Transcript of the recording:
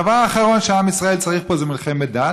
הדבר האחרון שעם ישראל צריך פה זה מלחמת דת,